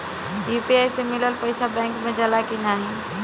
UPI से मिलल पईसा बैंक मे जाला की नाहीं?